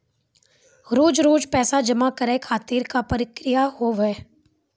रोज रोज पैसा जमा करे खातिर का प्रक्रिया होव हेय?